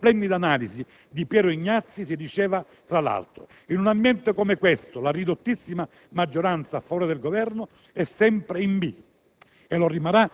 Ieri, in una splendida analisi, Piero Ignazi diceva, tra l'altro, che in un ambiente come questo la ridottissima maggioranza a favore del Governo è sempre in